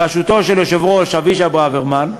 בראשותו של היושב-ראש אבישי ברוורמן,